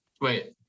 Wait